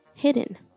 hidden